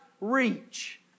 reach